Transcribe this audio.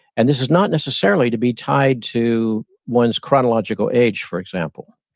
and this is not necessarily to be tied to one's chronological age, for example.